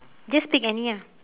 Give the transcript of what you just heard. just pick any ah